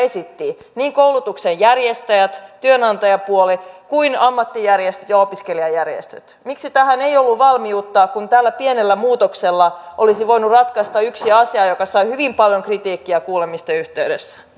esitti niin koulutuksen järjestäjät työnantajapuoli kuin ammattijärjestöt ja opiskelijajärjestöt miksi tähän ei ollut valmiutta kun tällä pienellä muutoksella olisi voitu ratkaista yksi asia joka sai hyvin paljon kritiikkiä kuulemisten yhteydessä